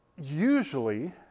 usually